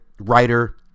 writer